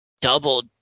double